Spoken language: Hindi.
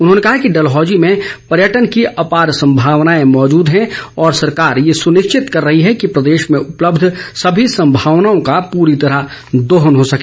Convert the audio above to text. उन्होंने कहा कि डलहौजी में पर्यटन की अपार संभावनाए मौजूद हैं और सरकार ये सुनिश्चित कर रही है कि प्रदेश में उपलब्ध सभी संभावनाओं का पूरी तरह दोहन हो सके